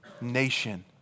nation